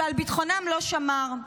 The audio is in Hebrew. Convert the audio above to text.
שעל ביטחונם לא שמר.